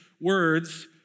words